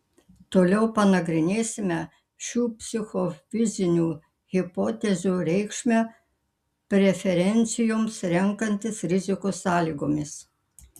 toliau panagrinėsime šių psichofizinių hipotezių reikšmę preferencijoms renkantis rizikos sąlygomis